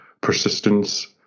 persistence